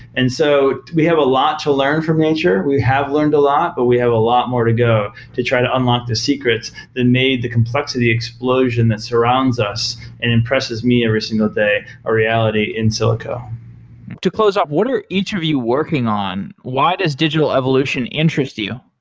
and so we have a lot to learn from nature. we have learned a lot, but we have a lot more to go to try to unlock the secrets that made the complexity explosion that surrounds us and impresses me every single day a reality in silico to close off, what are each of you working on? why does digital evolution interest you?